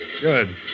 Good